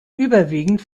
überwiegend